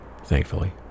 Thankfully